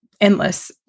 endless